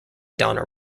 donner